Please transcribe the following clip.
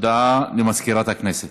הודעה למזכירת הכנסת.